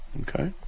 okay